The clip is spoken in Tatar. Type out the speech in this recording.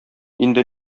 инде